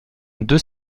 deux